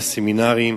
לסמינרים,